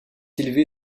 élevée